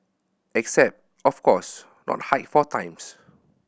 except of course not hike four times